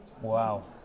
Wow